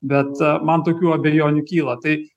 bet man tokių abejonių kyla tai